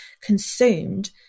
consumed